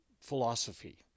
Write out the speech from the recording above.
philosophy